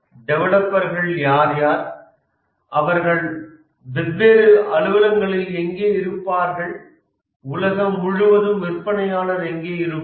டெவலப்பர்கள் யார் அவர்கள் வெவ்வேறு அலுவலகங்களில் எங்கே இருப்பார்கள் உலகம் முழுவதும் விற்பனையாளர் எங்கே இருப்பார்